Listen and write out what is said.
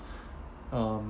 um